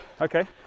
Okay